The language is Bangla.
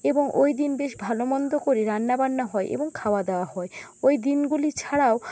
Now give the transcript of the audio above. এবং ওই দিন বেশ ভালো মন্দ করে রান্না বান্না হয় এবং খাওয়া দাওয়া হয় ওই দিনগুলি ছাড়াও